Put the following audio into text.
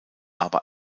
aber